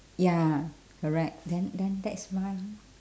ya correct then then that is mine